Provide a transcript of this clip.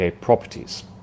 properties